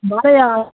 सोह्ने आं